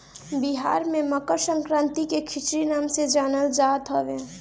बिहार में मकरसंक्रांति के खिचड़ी नाम से जानल जात हवे